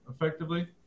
effectively